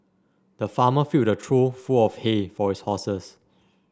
the farmer filled a trough full of hay for his horses